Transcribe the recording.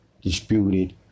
disputed